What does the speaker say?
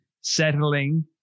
settling